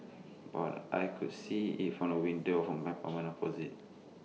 but I could see IT from the windows of my apartment opposite